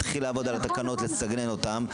להתחיל לעבוד על התקנות ולסגנן אותן,